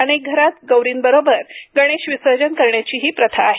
अनेक घरांत गौरींबरोबर गणेश विसर्जन करण्याचीही प्रथा आहे